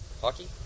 hockey